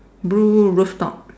blue rooftop